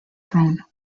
prone